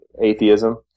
atheism